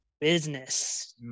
business